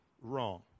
wrong